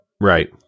Right